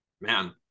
Man